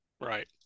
Right